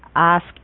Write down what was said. ask